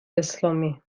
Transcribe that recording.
اسلامی